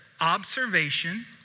observation